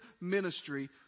ministry